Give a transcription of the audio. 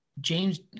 james